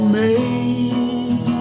made